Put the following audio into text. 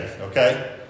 okay